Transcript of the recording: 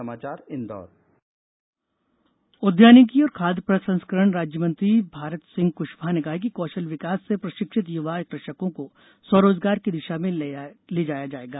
समीक्षा बैठक उद्यानिकी और खाद्य प्रसंस्करण राज्य मंत्री भारत सिंह क्शवाह ने कहा कि कौशल विकास से प्रशिक्षित युवा कृषकों को स्व रोजगार की दिशा में ले जाया जायेगा